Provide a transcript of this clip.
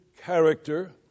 character